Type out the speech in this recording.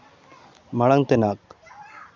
ᱢᱟᱲᱟᱝ ᱛᱮᱱᱟᱜ